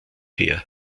her